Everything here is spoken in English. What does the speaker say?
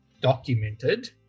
documented